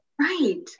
Right